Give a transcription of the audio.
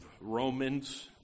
Romans